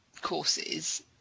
courses